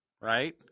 right